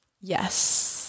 Yes